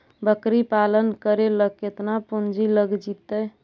बकरी पालन करे ल केतना पुंजी लग जितै?